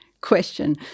question